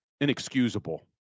inexcusable